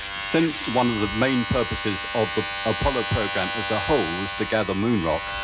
since one of the main purposes of the apollo program as a whole was to gather moon rock,